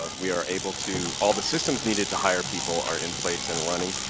we are able to all the systems needed to hire people are in place and running.